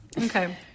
Okay